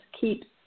keeps